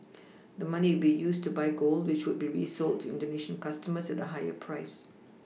the money would be used to buy gold which would be resold to indonesian customers at a higher price